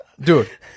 Dude